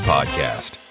Podcast